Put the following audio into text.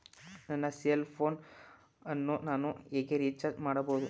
ನನ್ನ cell phone ಅನ್ನು ನಾನು ಹೇಗೆ ರಿಚಾರ್ಜ್ ಮಾಡಬಹುದು?